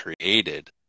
created